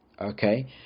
okay